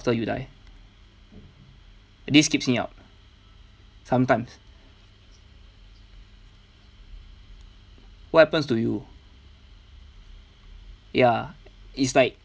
after you die this keeps me up sometimes what happens to you ya it's like